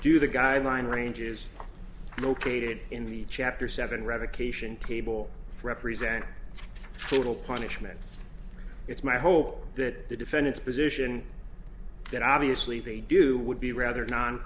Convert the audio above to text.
due the guideline range is located in the chapter seven revocation table represent total punishment it's my hope that the defendant's position that obviously they do would be rather non